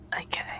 okay